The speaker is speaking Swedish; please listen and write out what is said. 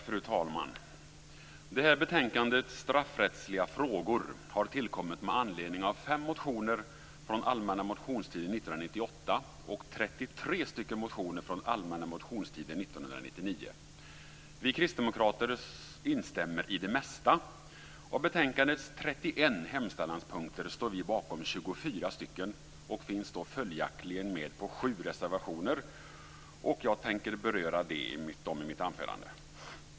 Fru talman! Det här betänkandet - Straffrättsliga frågor - har tillkommit med anledning av fem motioner från allmänna motionstiden 1998 och 33 motioner från allmänna motionstiden 1999. Vi kristdemokrater instämmer i det mesta. Av betänkandets 31 hemställanspunkter står vi bakom 24 och finns följaktligen med på sju reservationer. Jag tänker beröra det i mitt anförande.